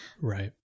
right